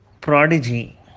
prodigy